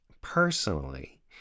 personally